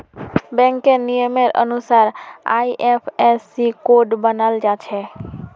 बैंकेर नियमेर अनुसार आई.एफ.एस.सी कोड बनाल जाछे